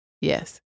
Yes